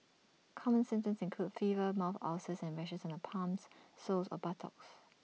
common symptoms include fever mouth ulcers and rashes on the palms soles or buttocks